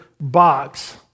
box